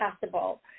possible